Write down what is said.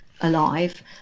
alive